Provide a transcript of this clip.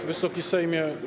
Wysoki Sejmie!